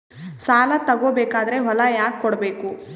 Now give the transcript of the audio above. ಸಾಲ ತಗೋ ಬೇಕಾದ್ರೆ ಹೊಲ ಯಾಕ ಕೊಡಬೇಕು?